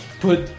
put